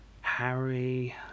Harry